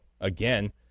again